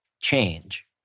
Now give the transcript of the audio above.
change